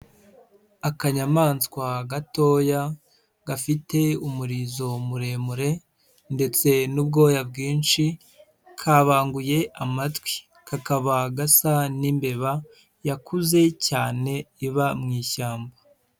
Akanyamanswa gatoya gafite umurizo muremure ndetse n'ubwoya bwinshi kabanguye amatwi, kakaba gasa n'imbeba yakuze cyane iba mu ishyamba.